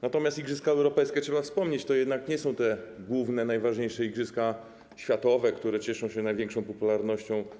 Natomiast igrzyska europejskie, trzeba wspomnieć, to jednak nie są te główne, najważniejsze igrzyska światowe, które cieszą się największą popularnością.